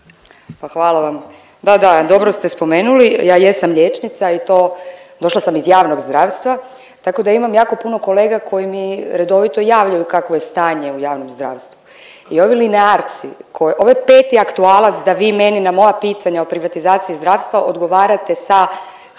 Hvala vam. Da, da dobro ste spomenuli, ja jesam liječnica i to došla sam iz javnog zdravstva tako da imam jako puno kolega koji mi redovito javljaju kakvo je stanje u javnom zdravstvu. I ovi linearci, ovo je peti aktualac da vi meni na moja pitanja o privatizaciji zdravstva odgovarate sa tako